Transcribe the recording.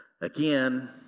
Again